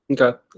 Okay